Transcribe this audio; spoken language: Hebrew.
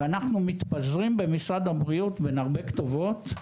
ואנחנו מתפזרים במשרד הבריאות בין הרבה כתובות.